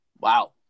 Wow